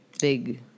big